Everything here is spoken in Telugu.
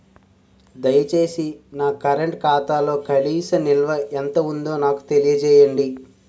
దయచేసి నా కరెంట్ ఖాతాలో కనీస నిల్వ ఎంత ఉందో నాకు తెలియజేయండి